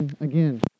again